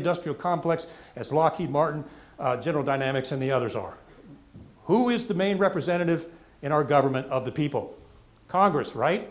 industrial complex as lockheed martin general dynamics and the others are who is the main representative in our government of the people congress write